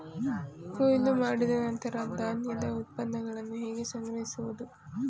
ಕೊಯ್ಲು ಮಾಡಿದ ನಂತರ ಧಾನ್ಯದ ಉತ್ಪನ್ನಗಳನ್ನು ಹೇಗೆ ಸಂಗ್ರಹಿಸುವುದು?